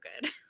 good